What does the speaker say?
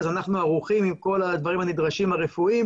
אז אנחנו ערוכים עם כל הדברים הנדרשים הרפואיים